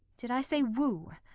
did i say woo?